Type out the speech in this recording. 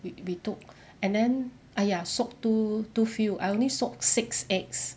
we we took and then !aiya! soak too too few I only soaked six eggs